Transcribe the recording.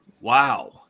Wow